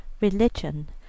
religion